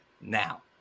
Now